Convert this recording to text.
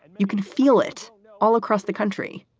and you can feel it all across the country.